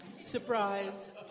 Surprise